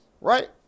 right